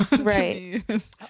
Right